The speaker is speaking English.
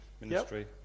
ministry